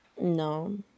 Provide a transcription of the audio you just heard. No